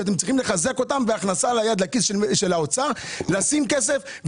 שאתם צריכים לחזק אותן והכנסת יד של האוצר לכיס שישים כסף,